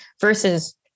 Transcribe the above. versus